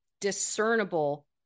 discernible